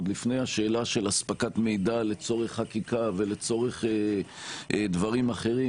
עוד לפני השאלה של אספקת מידע לצורך חקיקה ולצורך דברים אחרים.